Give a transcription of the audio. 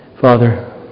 Father